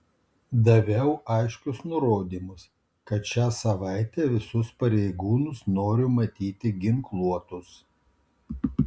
daviau aiškius nurodymus kad šią savaitę visus pareigūnus noriu matyti ginkluotus